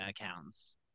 accounts